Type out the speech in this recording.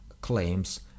claims